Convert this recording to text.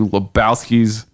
Lebowski's